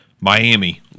Miami